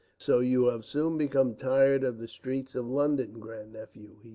so you have soon become tired of the streets of london, grandnephew!